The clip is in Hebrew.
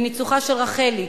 בניצוחה של רחלי,